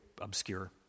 obscure